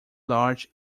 large